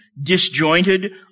disjointed